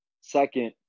Second